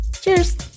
cheers